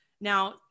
Now